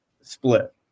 split